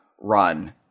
Run